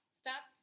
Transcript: stop